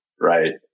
right